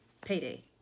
payday